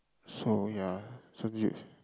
so ya so